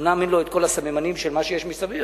אומנם אין לו כל הסממנים של מה שיש מסביב,